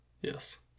Yes